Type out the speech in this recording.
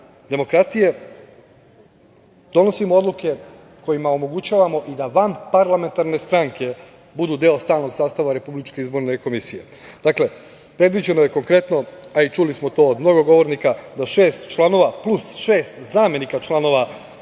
demokratije, donosimo odluke kojima omogućavamo i da vanparlamentarne stranke budu deo stalnog sastava RIK-a. Dakle, predviđeno je konkretno, a i čuli smo to od mnogo govornika, da šest članova plus šest zamenika članova